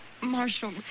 Marshal